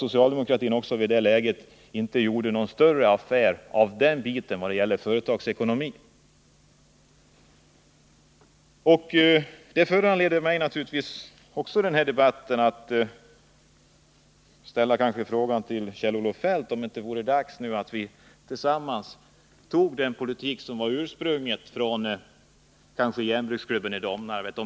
Socialdemokraterna gjorde i det läget inte heller någon större affär av företagsekonomin. Detta föranleder mig att i den här debatten ställa frågan till Kjell-Olof 165 Feldt om det inte vore dags att vi tillsammans drev den politik med integrerade verk som ursprungligen föreslogs av järnbruksklubben inom Domnarvet.